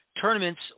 tournaments